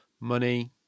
money